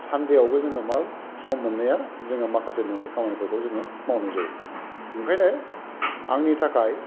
सान्देआवबो जोङो मा सम मोननाया जोङो माखासे न'नि खामानिफोरखौ जोङो मावनाय जायो ओंखायनो आंनि थाखाय